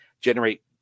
generate